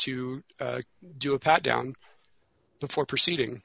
to do a pat down before proceeding